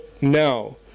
now